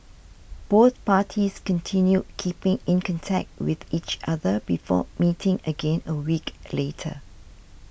both parties continued keeping in contact with each other before meeting again a week later